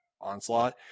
Onslaught